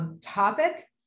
topic